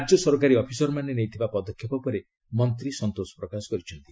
ରାଜ୍ୟ ସରକାରୀ ଅଫିସରମାନେ ନେଇଥିବା ପଦକ୍ଷେପ ଉପରେ ମନ୍ତ୍ରୀ ସନ୍ତୋଷ ପ୍ରକାଶ କରିଛନ୍ତି